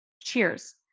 cheers